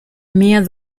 mehr